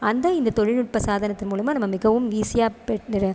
அந்த இந்த தொழில்நுட்ப சாதனத்தின் மூலமாக நம்ம மிகவும் ஈஸியாக பெற்ற